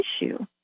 issue